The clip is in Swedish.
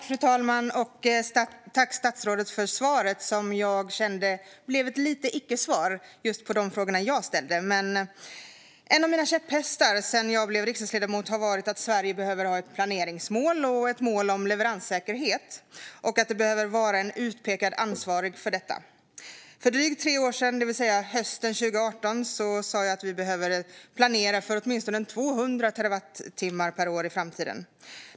Fru talman! Tack, statsrådet, för svaret, som blev lite av ett icke-svar just när det gäller de frågor som jag ställde. En av mina käpphästar sedan jag blev riksdagsledamot har varit att Sverige behöver ha ett planeringsmål och ett mål om leveranssäkerhet. Det behöver också finnas en utpekad ansvarig för detta. För drygt tre år sedan, det vill säga hösten 2018, sa jag att vi behöver planera för åtminstone 200 terawattimmar per år i framtiden.